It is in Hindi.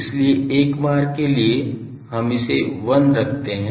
इसलिए एक बार के लिए हम इसे 1 रखते है